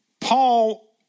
Paul